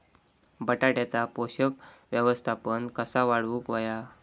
बटाट्याचा पोषक व्यवस्थापन कसा वाढवुक होया?